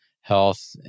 health